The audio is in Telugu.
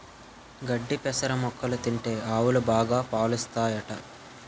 గడ్డి పెసర మొక్కలు తింటే ఆవులు బాగా పాలుస్తాయట